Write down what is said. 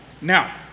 Now